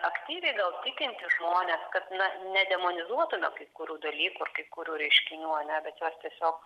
aktyviai gal tikintys žmonės kad na nedemonizuotume kai kurių dalykų ar kai kurių reiškinių ane bet juos tiesiog